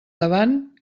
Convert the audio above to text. davant